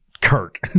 Kirk